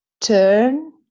turn